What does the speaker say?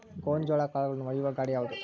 ಗೋಂಜಾಳ ಕಾಳುಗಳನ್ನು ಒಯ್ಯುವ ಗಾಡಿ ಯಾವದು?